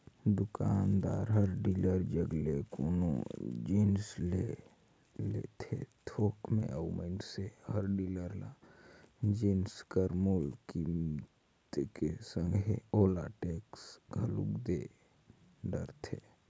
दुकानदार हर डीलर जग ले कोनो जिनिस ले लेथे थोक में अउ मइनसे हर डीलर ल जिनिस कर मूल कीमेत के संघे ओला टेक्स घलोक दे डरथे